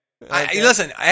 Listen